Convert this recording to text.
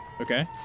Okay